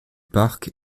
parc